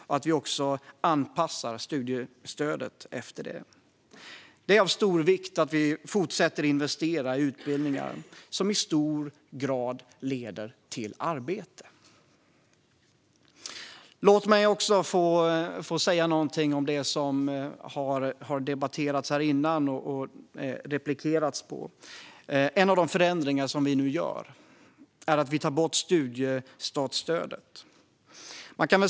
Vi måste också anpassa studiestödet efter det. Det är av stor vikt att vi fortsätter investera i utbildningar som i hög grad leder till arbete. Låt mig också få säga något om det som har debatterats här tidigare. En av de förändringar som vi nu gör är att ta bort studiestartsstödet.